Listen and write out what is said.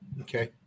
Okay